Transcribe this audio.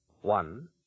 One